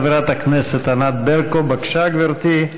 חברת הכנסת ענת ברקו, בבקשה, גברתי,